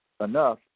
enough